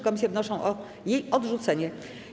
Komisje wnoszą o jej odrzucenie.